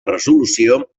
resolució